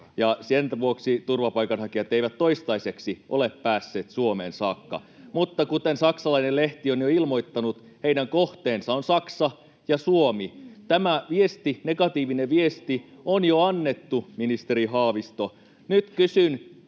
sen vuoksi turvapaikanhakijat eivät toistaiseksi ole päässeet Suomeen saakka. [Perussuomalaisten ryhmästä: Kiitos, Puola!] Mutta kuten saksalainen lehti on jo ilmoittanut, heidän kohteensa on Saksa ja Suomi. Tämä viesti, negatiivinen viesti, on jo annettu, ministeri Haavisto.